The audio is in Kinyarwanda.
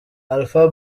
alpha